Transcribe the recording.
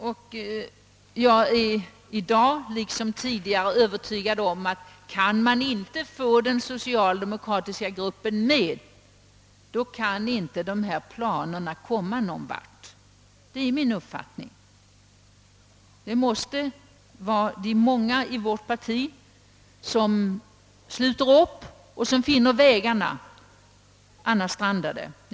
Och jag är i dag, liksom tidigare, övertygad om att ifall det inte går att få den socialdemokratiska riksdagsgruppen med härvidlag, så kommer vi ingen vart med dessa planer. De många i vårt parti måste sluta upp och finna vägarna, annars strandar det hela.